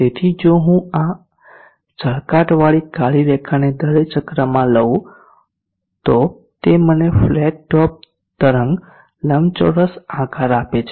તેથી જો હું આ ચળકાટવાળી કાળી રેખાને દરેક ચક્રમાં લઉં તો તે મને ફ્લેટ ટોપ તરંગ લંબચોરસ આકાર આપે છે